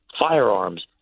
firearms